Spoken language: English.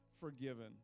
forgiven